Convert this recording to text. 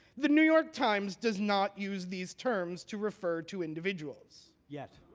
the new york times does not use these terms to refer to individuals. yet.